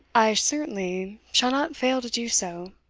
i certainly shall not fail to do so,